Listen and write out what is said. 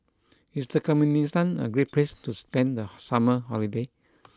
is Turkmenistan a great place to spend the summer holiday